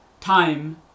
time